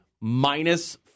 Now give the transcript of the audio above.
minus